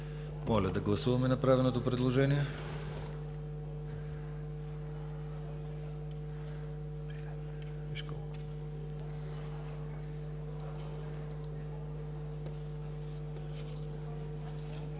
Моля да гласуваме направеното предложение.